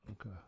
Okay